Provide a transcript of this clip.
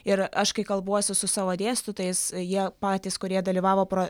ir aš kai kalbuosi su savo dėstytojais jie patys kurie dalyvavo